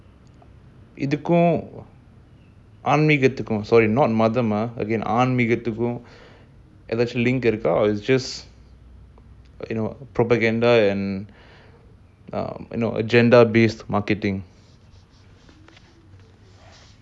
இதுக்கும்ஆன்மீகத்துக்கும்:idhukum aanmegathukum sorry not மதமாஆன்மீகத்துக்கும்ஏதாவது:madhama aanmegathukum edhavathu link இருக்கா:irukka its just like you know propaganda and you know agenda based marketing